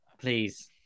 please